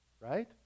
right